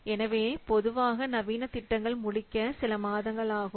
எனவே பொதுவாக நவீன திட்டங்கள் முடிக்க சில மாதங்கள் ஆகும்